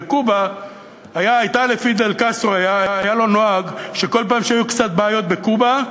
בקובה היה לפידל קסטרו נוהג שכל פעם שהיו קצת בעיות בקובה,